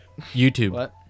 YouTube